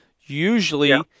Usually